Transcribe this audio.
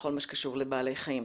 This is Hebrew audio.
בכל מה שקשור לבעלי חיים.